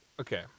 okay